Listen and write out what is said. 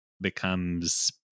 becomes